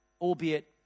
albeit